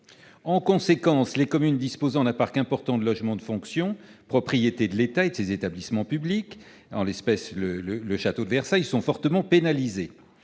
En conséquence, les communes disposant d'un parc important de logements de fonction propriété de l'État ou de ses établissements publics -en l'espèce, le château de Versailles -sont fortement pénalisées.